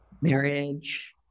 marriage